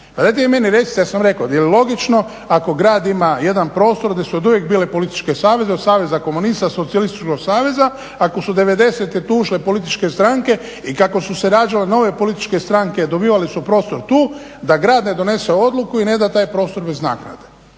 dajte vi meni recite, ja sam rekao je li logično ako grad ima jedan prostor gdje su oduvijek bili politički savezi, od saveza komunista, socijalističkog saveza. Ako su devedesete tu ušle političke stranke i kako su se rađale nove političke stranke dobivali su prostor tu da grad ne donese odluku i neda taj prostor bez nagrade,